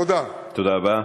תודה רבה,